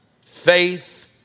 faith